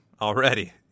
already